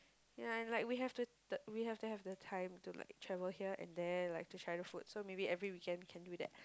ya and like we have to we have to have the time to like travel here and there like to try the food so maybe every weekend can do that